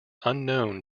unknown